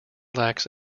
lacks